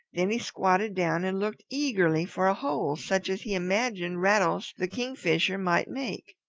then he squatted down and looked eagerly for a hole such as he imagined rattles the kingfisher might make.